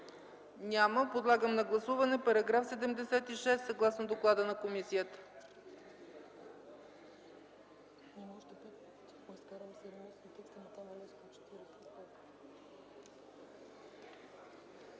Няма. Подлагам на гласуване § 76, съгласно доклада на комисията.